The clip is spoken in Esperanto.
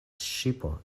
ŝipo